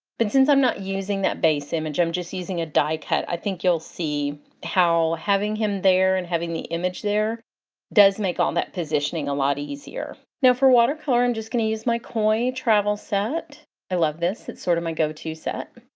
but since i'm not using that base image i'm just using a die cut, i think you'll see how having him there and having the image there does make all that positioning a lot easier. now for watercolor, i'm just going to use my koi travel set i love this it's sort of my go-to set.